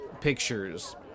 pictures